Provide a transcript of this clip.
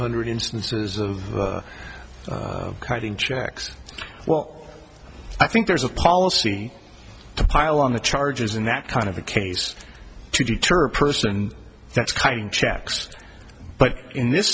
hundred instances of cutting checks well i think there's a policy to pile on the charges in that kind of a case to deter a person that's cutting checks but in this